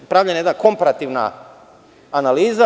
Pravljena je jedna komparativna analiza.